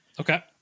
Okay